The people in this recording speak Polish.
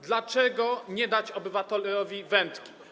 Dlaczego nie dać obywatelowi wędki?